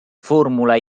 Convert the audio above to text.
formula